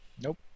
Nope